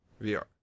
VR